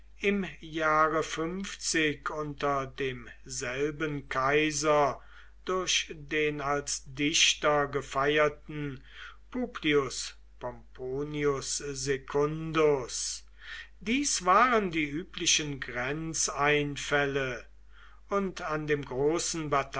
im jahre unter demselben kaiser durch den als dichter gefeierten publius pomponius secundus dies waren die üblichen grenzeinfälle und an dem großen